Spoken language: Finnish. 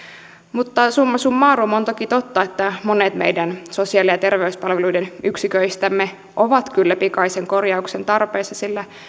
mutta summa summarum on toki totta että monet meidän sosiaali ja terveyspalveluiden yksiköistämme ovat kyllä pikaisen korjauksen tarpeessa sillä